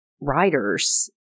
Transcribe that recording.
writers